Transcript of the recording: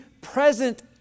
present